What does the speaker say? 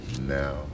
now